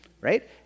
Right